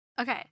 Okay